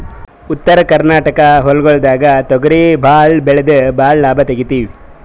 ಉತ್ತರ ಕರ್ನಾಟಕ ಹೊಲ್ಗೊಳ್ದಾಗ್ ತೊಗರಿ ಭಾಳ್ ಬೆಳೆದು ಭಾಳ್ ಲಾಭ ತೆಗಿತೀವಿ